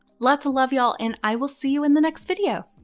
lots of love y'all and i will see you in the next video.